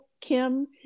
Kim